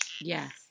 Yes